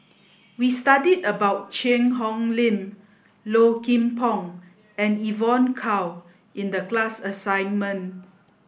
we studied about Cheang Hong Lim Low Kim Pong and Evon Kow in the class assignment